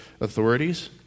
authorities